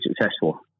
successful